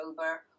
over